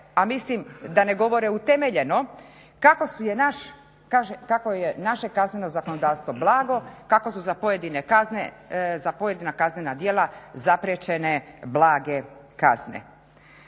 a mislim da ne govore utemeljeno, kako je naše kazneno zakonodavstvo blago, kako su za pojedine kazne za pojedina kaznena